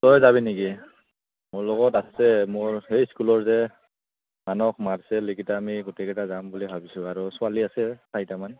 তই যাবি নেকি মোৰ লগত আছে মোৰ সেই স্কুলৰ যে মানস মাৰ্চেল এইকেইটা আমি গোটেইকেইটা যাম বুলি ভাবিছোঁ আৰু ছোৱালী আছে চাৰিটামান